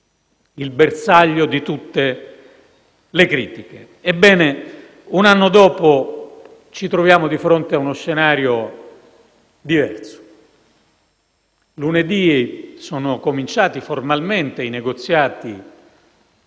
il bersaglio di tutte le critiche. Ebbene, un anno dopo ci troviamo di fronte a uno scenario diverso. Lunedì sono cominciati formalmente i negoziati